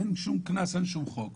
אין שום קנס ואין שום חוק.